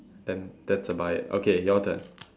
then that's about it okay your turn